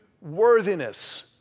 worthiness